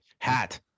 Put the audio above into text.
hat